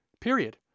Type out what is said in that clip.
Period